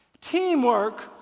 Teamwork